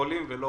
בחולים ולא